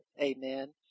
Amen